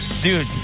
Dude